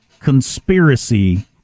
conspiracy